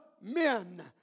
men